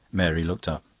mary looked up.